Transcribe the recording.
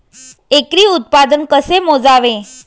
एकरी उत्पादन कसे मोजावे?